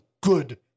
good